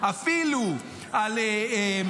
זה נוגד את האג'נדה הכלכלית שלי,